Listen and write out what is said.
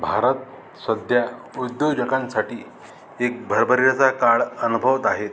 भारत सध्या उद्योजकांसाठी एक भरभराटीचा काळ अनुभवत आहेत